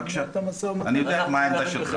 בבקשה, אני יודע מה העמדה שלך.